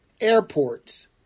Airports